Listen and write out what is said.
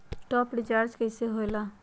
Top up recharge कइसे होएला?